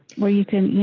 where you can, you